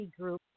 group